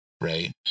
right